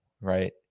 right